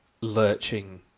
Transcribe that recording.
lurching